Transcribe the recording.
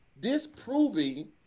disproving